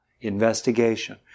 Investigation